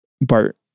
Bart